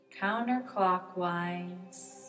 counterclockwise